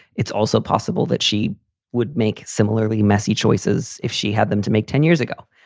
it's also possible that she would make similarly messy choices if she had them to make ten years ago.